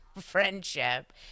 friendship